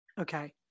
okay